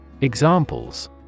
Examples